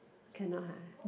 cannot [huh]